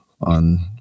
on